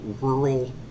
rural